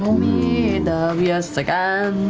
me and yes like i